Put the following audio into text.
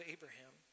Abraham